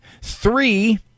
Three